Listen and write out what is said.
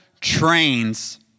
trains